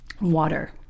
water